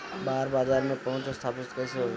बाहर बाजार में पहुंच स्थापित कैसे होई?